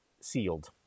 sealed